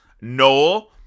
Noel